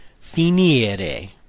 Finire